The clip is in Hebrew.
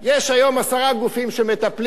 יש היום עשרה גופים שמטפלים,